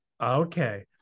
Okay